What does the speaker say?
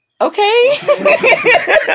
Okay